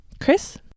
Chris